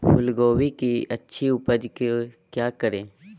फूलगोभी की अच्छी उपज के क्या करे?